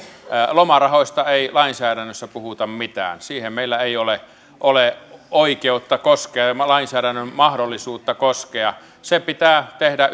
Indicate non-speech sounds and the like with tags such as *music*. lomarahoista ei lainsäädännössä puhuta mitään siihen meillä ei ole ole oikeutta koskea ilman lainsäädännön mahdollisuutta koskea se pitää tehdä *unintelligible*